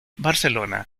barcelona